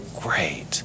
great